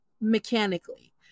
mechanically